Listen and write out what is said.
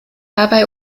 dabei